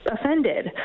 offended